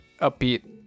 upbeat